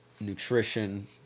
nutrition